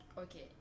Okay